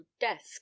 desk